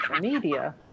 media